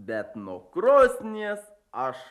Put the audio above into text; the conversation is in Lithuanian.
bet nuo krosnies aš